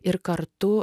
ir kartu